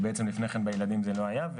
בעצם לפני כן בילדים זה לא היה.